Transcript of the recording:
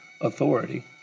authority